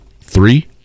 Three